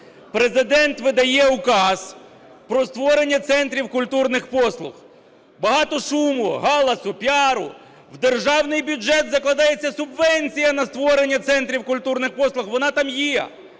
Президент видає Указ про створення центрів культурних послуг. Багато шуму, галасу, піару. В державний бюджет закладається субвенція на створення центрів культурних послуг, вона там є.